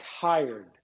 tired